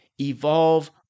evolve